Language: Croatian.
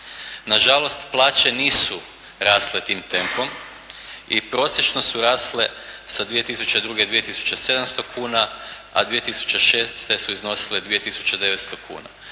Na žalost plaće nisu rasle tim tempom i prosječno su rasle sa 2002. 2700 kuna, a 2006. su iznosile 2900 kuna